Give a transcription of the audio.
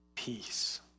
peace